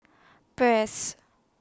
Press